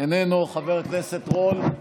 איננו, חבר הכנסת רול,